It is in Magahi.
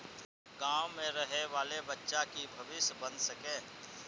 गाँव में रहे वाले बच्चा की भविष्य बन सके?